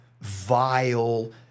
vile